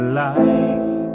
light